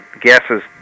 gases